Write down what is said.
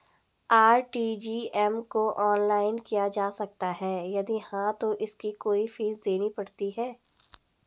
RTGS को online किया जा सकता है यदि हाँ तो इसकी कोई फीस देनी पड़ती है?